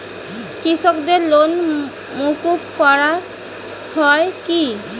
কৃষকদের লোন মুকুব করা হয় কি?